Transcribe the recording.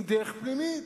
עם דרך פנימית.